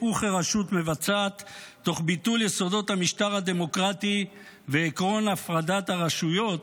וכרשות מבצעת תוך ביטול יסודות המשטר הדמוקרטי ועקרון הפרדת הרשויות,